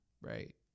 Right